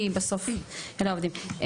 כי בסוף אלה העובדים.